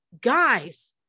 guys